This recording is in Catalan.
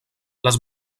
les